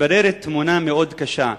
מתבררת תמונה קשה מאוד.